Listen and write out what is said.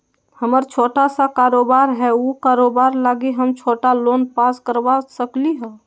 हमर छोटा सा कारोबार है उ कारोबार लागी हम छोटा लोन पास करवा सकली ह?